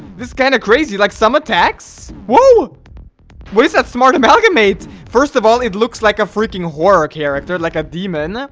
this kind of crazy like some attacks whoa what is that smart amalgamate first of all it looks like a freaking horror character like a demon? ah